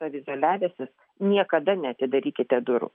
saviizoliavęsis niekada neatidarykite durų